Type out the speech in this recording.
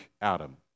Adam